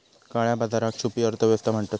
काळया बाजाराक छुपी अर्थ व्यवस्था म्हणतत